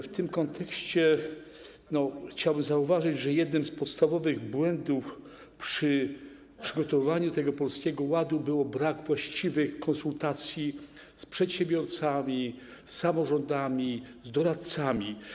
W tym kontekście chciałbym zauważyć, że jednym z podstawowych błędów przy przygotowywaniu Polskiego Ładu był brak właściwych konsultacji z przedsiębiorcami, z samorządami, z doradcami.